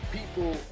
People